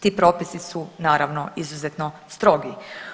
Ti propisi su naravno izuzetno strogi.